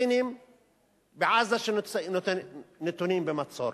הפלסטינים בעזה שנתונים במצור?